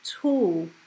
tool